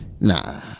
Nah